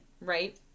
right